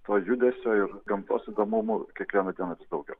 to judesio ir gamtos įdomumų kiekvieną dieną vis daugiau